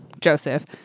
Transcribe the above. Joseph